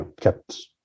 kept